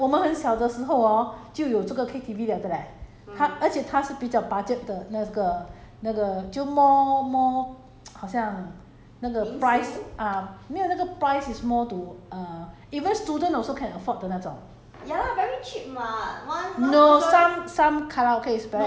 ya ya orh 那个 eh 那个 K_T_V is thirty years [one] leh 很我们很小的时候 hor 就有这个 K_T_V liao 的 leh 它而且它是比较 budget 的那个那个就 more more 好像那个 price ah 没有那个 price is more to err even student also can afford 的那种